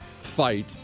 fight